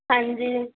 ਹਾਂਜੀ